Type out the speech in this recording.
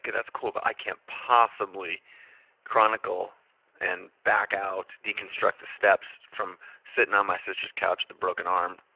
that's cool, but i can't possibly chronicle and back out deconstruct the steps from sitting on my sister's couch with a broken arm,